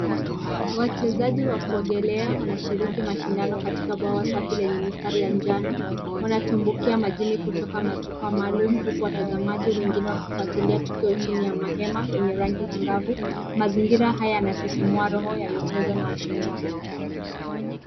Wachezaji wa kuogelea wanashiriki mashindano katika bwawa safi lenye mistari ya njano. Wanatumbukia majini kutoka majukwa maalumu huku watazamaji wengine wakifwatilia tukio chini ya mahema yenye rangi angavu. Mazingira haya yanasisimua roho ya michezo na ushindani.